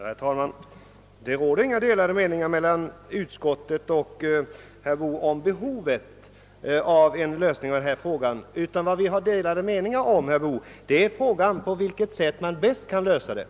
Herr talman! Det råder inga delade meningar mellan utskottet och herr Boo om behovet av en lösning av denna fråga. Delade meningar råder endast om på vilket sätt man bäst kan lösa frågan.